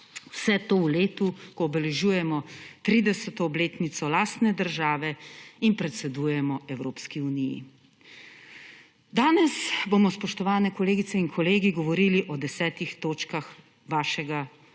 Vse to v letu, ko obeležujemo 30. obletnico lastne države in predsedujemo Evropski uniji! Danes bomo, spoštovani kolegice in kolegi, govorili o desetih točkah vašega,